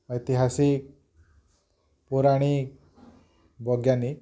ଐତିହାସିକ୍ ପୌରଣିକ୍ ବୈଜ୍ଞାନିକ୍